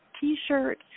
t-shirt